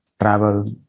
travel